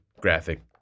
graphic